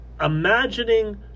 imagining